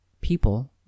people